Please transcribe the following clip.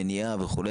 מניעה וכו',